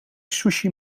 sushi